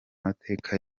mateka